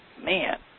man